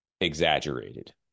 exaggerated